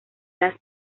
las